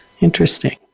Interesting